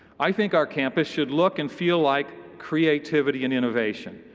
i think our campus should look and feel like creativity and innovation,